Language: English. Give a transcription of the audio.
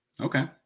Okay